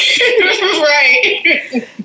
Right